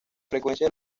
frecuencia